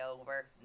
over